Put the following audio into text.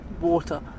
water